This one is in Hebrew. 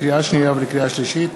לקריאה שנייה ולקריאה שלישית: